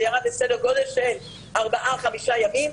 זה ירד לסדר גודל של ארבעה-חמישה ימים.